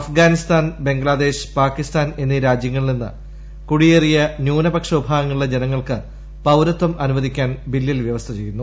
അഫ്ഗാനിസ്ഥാൻ ബംഗ്ലാദേശ് പാകിസ്ഥാൻ എന്നീ രാജ്യങ്ങളിൽ നിന്ന് കുടിയേറിയ ന്യൂനപക്ഷ വിഭാഗങ്ങളിലെ ജനങ്ങൾക്ക് പൌരത്വം അനുവദിക്കാൻ ബില്ലിൽ വ്യവസ്ഥ ചെയ്യുന്നു